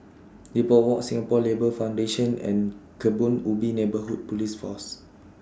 Depot Walk Singapore Labour Foundation and Kebun Ubi Neighbourhood Police Foss